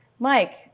Mike